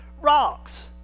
rocks